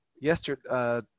yesterday